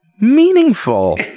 meaningful